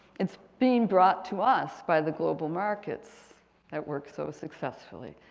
it's being brought to us by the global markets that work so successfully.